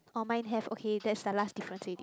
oh mine have okay that's the last difference already